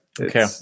Okay